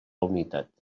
unitat